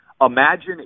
Imagine